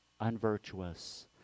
unvirtuous